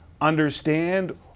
understand